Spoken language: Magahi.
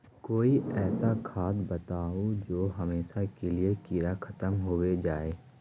कोई ऐसा खाद बताउ जो हमेशा के लिए कीड़ा खतम होबे जाए?